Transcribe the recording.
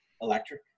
electric